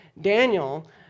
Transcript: Daniel